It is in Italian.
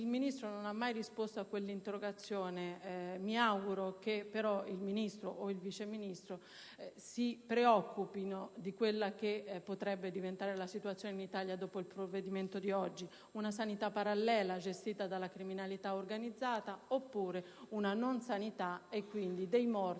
Il Ministro non ha mai risposto a quell'interrogazione. Mi auguro però che il Ministro o il Vice Ministro si preoccupino di come potrebbe diventare la situazione in Italia dopo il provvedimento approvato oggi: una sanità parallela, gestita dalla criminalità organizzata, oppure una non sanità e quindi dei morti